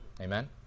amen